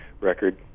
record